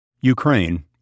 Ukraine